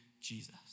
Jesus